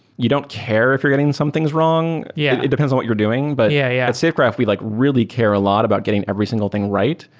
you don't care if you're getting some things wrong. yeah it depends what you're doing, but yeah yeah at safegraph we like really care a lot about getting every single thing right.